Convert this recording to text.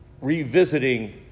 Revisiting